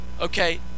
Okay